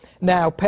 Now